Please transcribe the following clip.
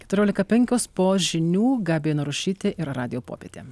keturiolika penkios po žinių gabija narušytė ir radijo popietė